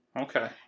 Okay